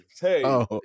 hey